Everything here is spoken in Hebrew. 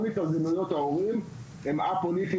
כל התארגנויות ההורים הן א-פוליטיות.